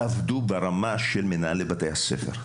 תעבדו ברמת מנהלי בתי הספר,